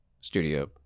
studio